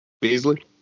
Beasley